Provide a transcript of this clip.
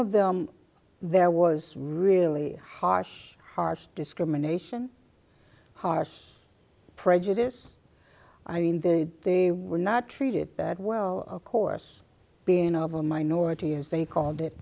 of them there was really harsh harsh discrimination harsh prejudice i mean they they were not treated that well of course being of a minority as they called it